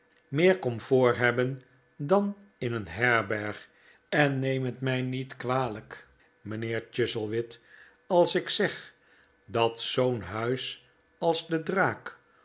meer comfort hebben dan in een herberg en neem het mij niet kwalijk mijnheer chuzzlewit als ik zeg dat zoo'n huis als de draak